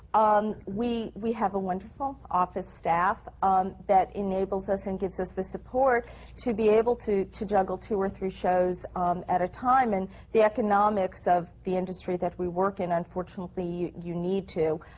um we we have a wonderful office staff um that enables us and gives us the support to be able to to juggle two or three shows at a time. and the economics of the industry that we work in, unfortunately, you need to